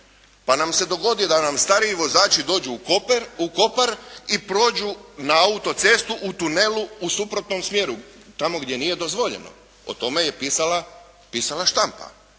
pa nam se dogodi da nam stariji vozači dođu u Kopar i prođu na autocestu u tunelu u suprotnom smjeru tamo gdje nije dozvoljeno. O tome je pisala štampa